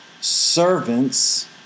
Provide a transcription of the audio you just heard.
servants